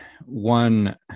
one